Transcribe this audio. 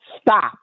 stop